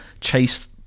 chase